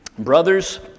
Brothers